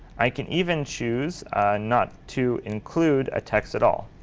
i can even choose not to include a text at all.